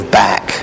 back